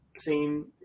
seen